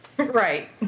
Right